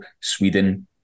Sweden